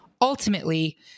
ultimately